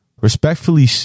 respectfully